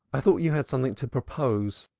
i thought you had something to propose,